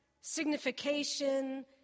signification